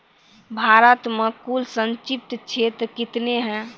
भारत मे कुल संचित क्षेत्र कितने हैं?